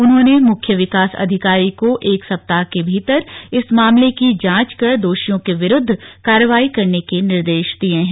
उन्होंने मुख्य विकास अधिकारी को एक सप्ताह के भीतर इस मामले की जांच कर दोषियों के विरूद्व कार्रवाई करने के निर्देश दिए हैं